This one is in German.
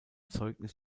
zeugnis